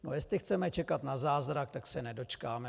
No, jestli chceme čekat na zázrak, tak se nedočkáme.